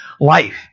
life